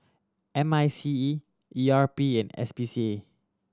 M I C E E R P and S P C A